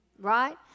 right